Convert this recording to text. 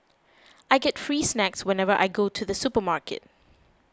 I get free snacks whenever I go to the supermarket